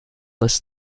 less